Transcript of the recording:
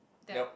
yup